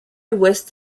west